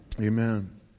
Amen